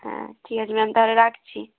হ্যাঁ ঠিক আছে ম্যাম তাহলে রাখছি